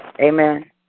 Amen